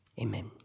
Amen